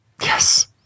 Yes